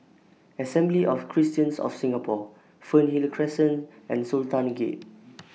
Assembly of Christians of Singapore Fernhill Crescent and Sultan Gate